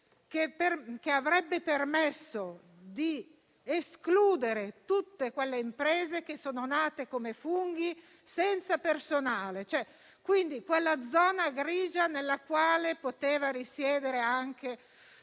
perché avrebbe permesso di escludere tutte quelle imprese che sono nate come funghi senza personale, quella zona grigia nella quale poteva risiedere anche